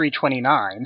329